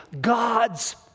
God's